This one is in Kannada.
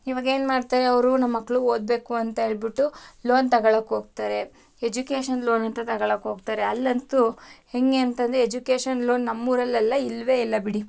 ಇವಾಗೇನು ಮಾಡ್ತಾರೆ ಅವರು ನಮ್ಮ ಮಕ್ಕಳು ಓದಬೇಕು ಅಂತ ಹೇಳ್ಬಿಟ್ಟು ಲೋನ್ ತಗಳ್ಳೋಕ್ಕೆ ಹೋಗ್ತಾರೆ ಎಜ್ಯುಕೇಷನ್ ಲೋನ್ ಅಂತ ತಗಳ್ಳೋಕ್ಕೆ ಹೋಗ್ತಾರೆ ಅಲ್ಲಂತೂ ಹೇಗೆ ಅಂತದರೆ ಎಜ್ಯುಕೇಷನ್ ಲೋನ್ ನಮ್ಮೂರಲ್ಲೆಲ್ಲ ಇಲ್ವೇ ಇಲ್ಲ ಬಿಡಿ